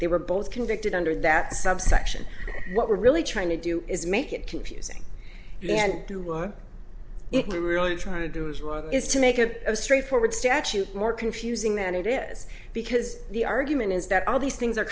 they were both convicted under that subsection what we're really trying to do is make it confusing you can't do it really trying to do is work is to make it a straightforward statute more confusing than it is because the argument is that all these things are